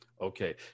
Okay